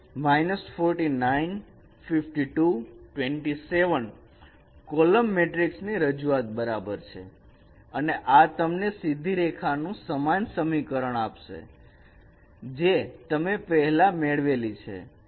તે 49 52 27 column matrix ની રજુઆત બરાબર છે અને આ તમને સીધી રેખા નું સમાન સમીકરણ આપશે જે તમે પહેલા મેળવેલી છે